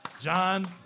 John